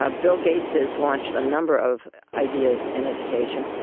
ah bill gates has launched a number of ideas in education.